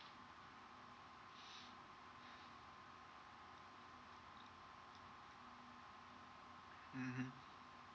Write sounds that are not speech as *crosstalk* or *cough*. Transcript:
*breath* mmhmm